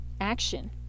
action